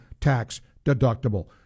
tax-deductible